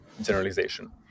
generalization